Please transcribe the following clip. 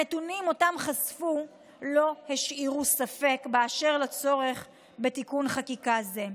הנתונים שחשפו לא השאירו ספק באשר לצורך בתיקון חקיקה זה.